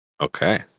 Okay